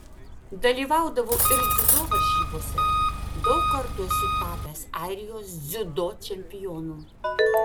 dalyvaudavau ir dziudo varžybose daug kartų esu tapęs airijos dziudo čempionu